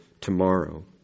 tomorrow